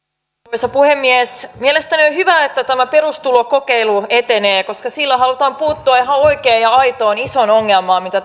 arvoisa puhemies mielestäni on hyvä että tämä perustulokokeilu etenee koska sillä halutaan puuttua ihan oikeaan ja aitoon isoon ongelmaan mitä